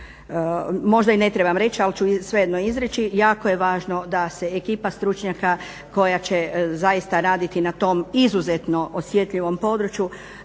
možda i ne trebam reći, ali ću svejedno izreći. Jako je važno da se ekipa stručnjaka koja će zaista raditi na tom izuzetno osjetljivom području,